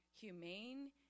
humane